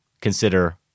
consider